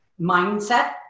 mindset